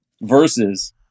versus